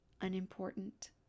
unimportant